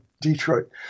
detroit